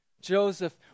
Joseph